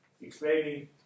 explaining